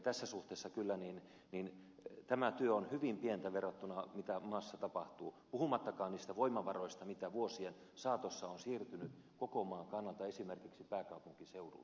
tässä suhteessa kyllä tämä työ on hyvin pientä verrattuna siihen mitä maassa tapahtuu puhumattakaan niistä voimavaroista mitä vuosien saatossa on siirtynyt koko maan kannalta esimerkiksi pääkaupunkiseudulle